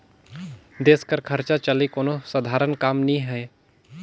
देस कर खरचा चलई कोनो सधारन काम नी हे